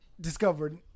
discovered